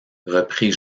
reprit